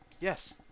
Yes